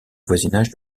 voisinage